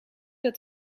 dat